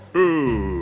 ooo,